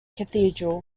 cathedral